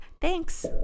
thanks